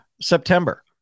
September